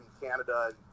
Canada